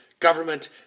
government